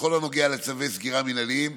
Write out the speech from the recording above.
בכל הנוגע לצווי סגירה מינהליים,